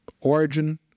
origin